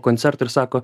koncerto ir sako